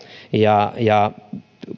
ja ja